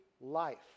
life